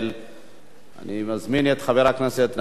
אני מזמין את חבר הכנסת נחמן שי לברך.